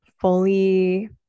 fully